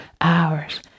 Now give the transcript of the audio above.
hours